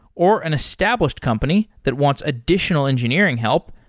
or an established company that wants additional engineering help,